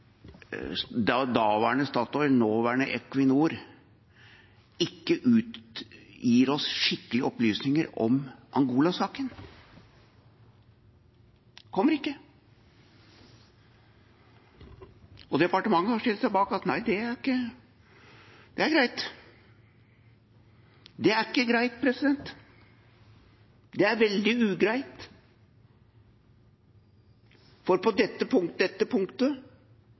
daværende Statoil, nåværende Equinor, ikke gir oss skikkelige opplysninger om Angola-saken. De kommer ikke. Og departementet har stilt seg bak og sagt at det er greit. Det er ikke greit. Det er veldig ugreit. For på dette